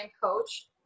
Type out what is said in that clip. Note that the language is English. coach